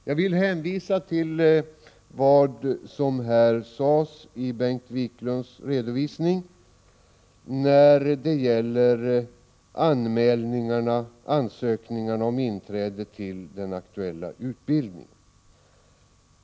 Jag vill hänvisa till vad Bengt Wiklund sade i sin redovisning när det gäller ansökningarna om tillträde till den aktuella utbildningen.